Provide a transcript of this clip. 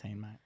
mate